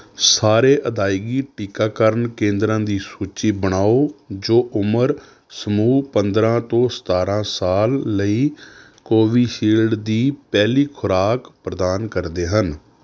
ਸਾਰੇ ਅਦਾਇਗੀ ਟੀਕਾਕਰਨ ਕੇਂਦਰਾਂ ਦੀ ਸੂਚੀ ਬਣਾਓ ਜੋ ਉਮਰ ਸਮੂਹ ਪੰਦਰਾਂ ਤੋਂ ਸਤਾਰਾਂ ਸਾਲ ਲਈ ਕੋਵਿਸ਼ੀਲਡ ਦੀ ਪਹਿਲੀ ਖੁਰਾਕ ਪ੍ਰਦਾਨ ਕਰਦੇ ਹਨ